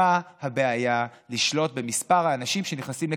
מה הבעיה לשלוט במספר האנשים שנכנסים לקניון?